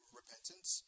repentance